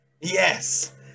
yes